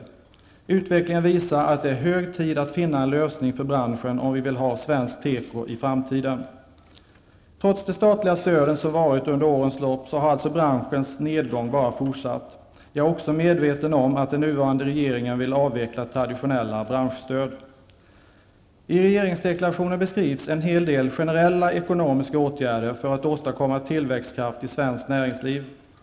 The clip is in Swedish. Utvecklingen visar att det är hög tid att finna en lösning för branschen, om vi vill ha svensk tekoindustri i framtiden. Trots de statliga stöd som utbetalats under årens lopp har alltså branschens nedgång bara fortsatt. Jag är också medveten om att den nuvarande regeringen vill avveckla traditionella branschstöd. I regeringsdeklarationen beskrivs en hel del generella ekonomiska åtgärder för att åstadkomma tillväxtkraft i svenskt näringsliv.